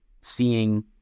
Seeing